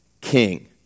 king